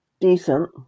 Decent